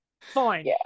fine